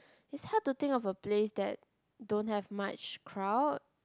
is hard to think of a place that don't have much crowd